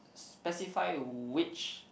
specify which